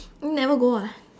never go ah